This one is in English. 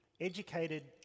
educated